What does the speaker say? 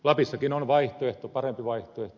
lapissakin on vaihtoehto parempi vaihtoehto